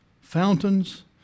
fountains